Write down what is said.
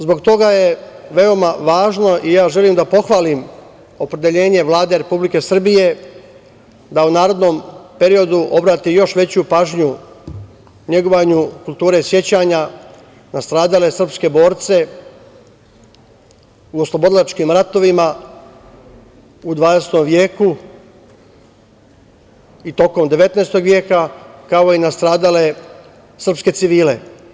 Zbog toga je veoma važno i ja želim da pohvalim opredeljenje Vlade Republike Srbije da u narednom periodu obrate još veću pažnju negovanju kulture sećanja na stradale srpske borce u oslobodilačkim ratovima u 20. veku i tokom 19. veka, kao i nastradale srpske civile.